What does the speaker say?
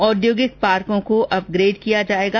औद्योगिक पार्को को अपग्रेड किया जाएगा